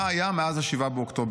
מה היה מאז 7 באוקטובר,